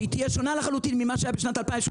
שיהיה שונה לחלוטין ממה שהיה בשנת 2018?